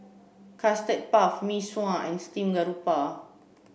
custard puff Mee Sua and steamed garoupa